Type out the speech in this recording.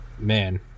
man